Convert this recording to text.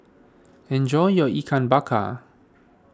enjoy your Ikan Bakar